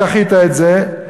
דחית את זה,